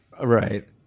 right